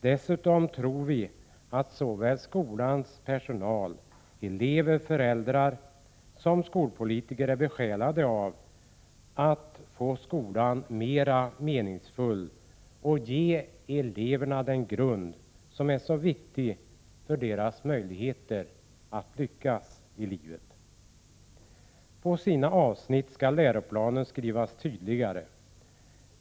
Dessutom tror vi att såväl skolans personal, elever och föräldrar som skolpolitiker är besjälade av att få skolan mer meningsfull och att ge eleverna den grund som är så viktig för deras möjligheter att lyckas i livet. I vissa avsnitt skall läroplanen skrivas tydligare.